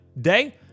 day